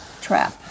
trap